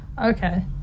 Okay